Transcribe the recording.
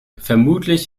vermutlich